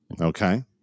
Okay